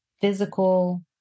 physical